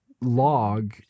log